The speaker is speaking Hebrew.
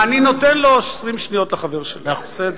אני נותן לו 20 שניות, לחבר שלי, בסדר.